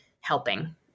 helping